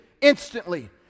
instantly